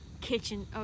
Kitchen